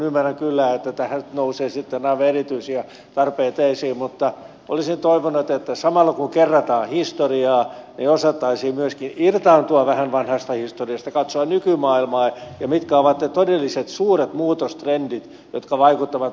ymmärrän kyllä että nousee aivan erityisiä tarpeita esiin mutta olisin toivonut että samalla kun kerrataan historiaa niin osattaisiin myös irtaantua vähän vanhasta historiasta katsoa nykymaailmaa mitkä ovat ne todelliset suuret muutostrendit jotka vaikuttavat meidänkin turvallisuuteemme